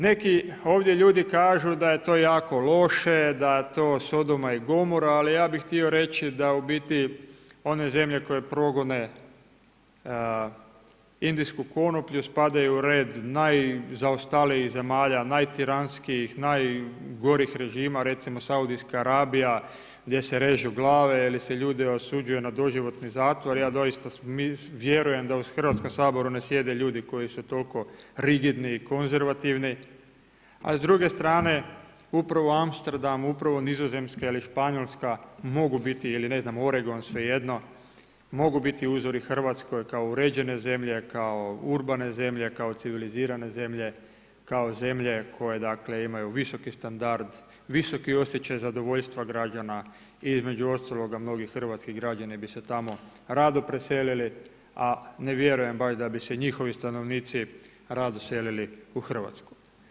Neki ovdje ljudi kažu da je to jako loše, da to sodoma i gomora, ali ja bih htio reći da u biti one zemlje koje progone indijsku konoplju spadaju u red najzaostalijih zemalja, najtiranskijih, najgorih režima, recimo Saudijska Arabija gdje se režu glave ili se ljude osuđuje na doživotni zatvor, ja doista vjerujem da u Hrvatskom saboru ne sjede ljudi koji su toliko rigidni i konzervativni, a s druge strane upravo u Amsterdamu, upravo Nizozemska ili Španjolska mogu biti ili ne znam Oregon, svejedno, mogu biti uzori Hrvatskoj kao uređene zemlje, kao urbane zemlje, kao civilizirane zemlje, kao zemlje koje imaju visoki standard, visoki osjećaj zadovoljstva građana i između ostaloga mnogih hrvatski građani bi se tamo rado preselili, a ne vjerujem baš da bi se njihovi stanovnici rado selili u Hrvatsku.